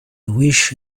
wish